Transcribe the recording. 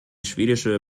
schwedische